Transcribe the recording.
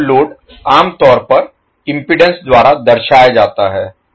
अब लोड आमतौर पर इम्पीडेन्स द्वारा दर्शाया जाता है